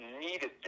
needed